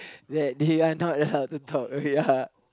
that they are not allowed to talk okay ya